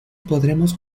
podremos